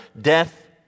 death